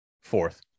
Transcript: fourth